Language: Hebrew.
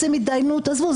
רוצים התדיינות עזבו,